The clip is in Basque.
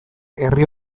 herri